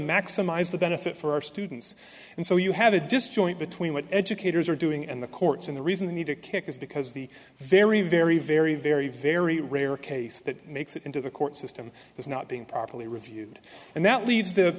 maximize the benefit for our students and so you have a disjoint between what educators are doing and the courts and the reason they need to kick is because the very very very very very rare case that makes it into the court system is not being properly reviewed and that leaves the